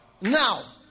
Now